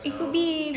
it could be